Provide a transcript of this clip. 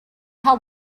how